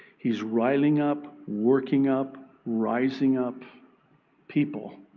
he is riling up, working up, rising up people